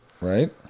Right